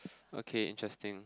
okay interesting